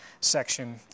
section